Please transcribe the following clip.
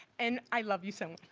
and i love you so